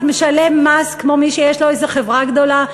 משלם מס כמו מי שיש לו איזה חברה גדולה?